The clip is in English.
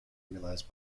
realized